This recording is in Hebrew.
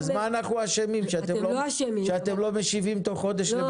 אז מה אנחנו אשמים שאתם לא משיבים בתוך חודש לבקשות?